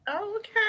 Okay